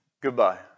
Goodbye